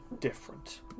different